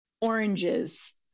Oranges